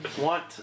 want